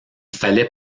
fallait